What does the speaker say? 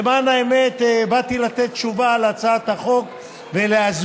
למען האמת באתי לתת תשובה על הצעת החוק ולהסביר,